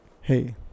hey